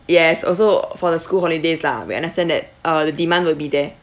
yes also for the school holidays lah we understand that uh the demand will be there